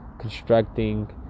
constructing